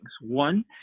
One